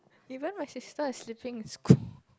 even my sister is sleeping in school